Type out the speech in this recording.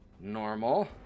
Normal